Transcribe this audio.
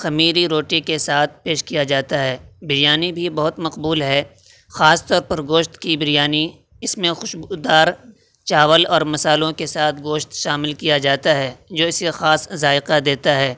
خمیری روٹی کے ساتھ پیش کیا جاتا ہے بریانی بھی بہت مقبول ہے خاص طور پر گوشت کی بریانی اس میں خوشبودار چاول اور مسالوں کے ساتھ گوشت شامل کیا جاتا ہے جو اسے خاص ذائقہ دیتا ہے